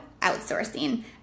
outsourcing